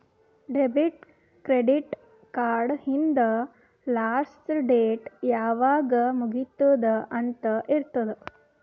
debit, credit card ಹಿಂದ್ last date ಯಾವಾಗ್ ಮುಗಿತ್ತುದ್ ಅಂತ್ ಇರ್ತುದ್